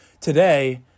Today